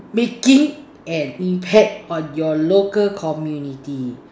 making an impact on your local community